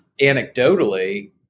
anecdotally